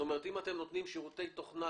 זאת אומרת אם אתם נותנים שירותי תוכנה